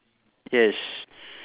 yes